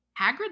Hagrid